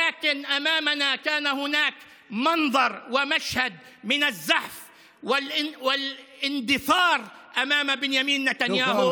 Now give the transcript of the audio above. אבל לפנינו היה מחזה של זחילה והתבטלות לפני בנימין נתניהו.